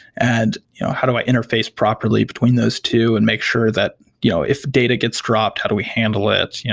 and you know how do i interface properly between those two and make sure that you know if the data gets dropped, how do we handle it?